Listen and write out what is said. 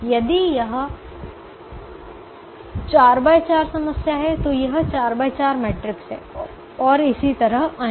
यदि यह 4 x 4 समस्या है तो यह 4 x 4 मैट्रिक्स है और इसी तरह अन्य